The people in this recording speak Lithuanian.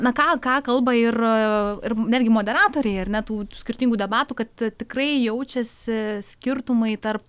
na ką ką kalba ir ir netgi moderatoriai ar ne tų skirtingų debatų kad tikrai jaučiasi skirtumai tarp